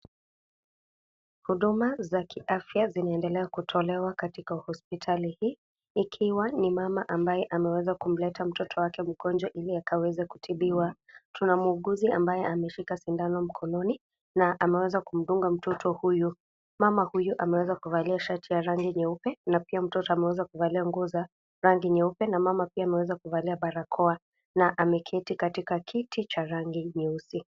Huduma za kiafya zinaendelea kutolewa katika hospitali hii, ikiwa ni mama ambaye ameweza kumleta mtoto wake mgonjwa ili akaweze kutibiwa, tuna muuguzi ambaye ameshika sindano mkononi, na ameweza kumdunga mtoo huyu, mama huyu ameweza kuvalia shati ya rangi nyeupe, na pia mtoto ameweza kuvalia nguo za, rangi nyeupe, na mama pia ameweza kuvalia barakoa, na ameketi katika kiti cha rangi nyeusi.